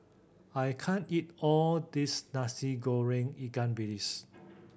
I can't eat all this Nasi Goreng ikan bilis